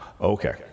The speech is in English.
Okay